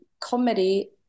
comedy